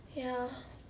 ya